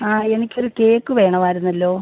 ആ എനിക്ക് ഒരു കേക്ക് വേണമായിരുന്നല്ലോ